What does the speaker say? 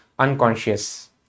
unconscious